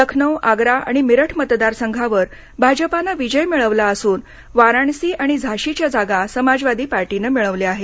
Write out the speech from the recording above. लखनौ आग्रा आणि मीरठ मतदारसंघावर भाजपाने मिळवला असून वाराणसी आणि झाशीच्या जागा समाजवादी पार्टीने मिळवल्या आहेत